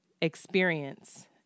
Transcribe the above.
experience